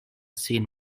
seen